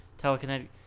telekinetic